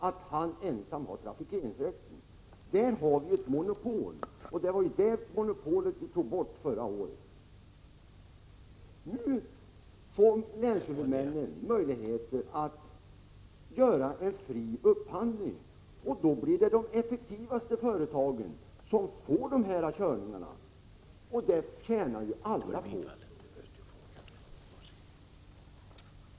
Där har vi alltså ett monopol, och det var det monopolet vi tog bort förra året. Nu får länshuvudmännen möjligheter att göra en fri upphandling. Då blir — Prot. 1985/86:143 det de effektivaste företagen som får dessa körningar, och det tjänar ju alla 15 maj 1986 på.